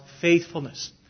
faithfulness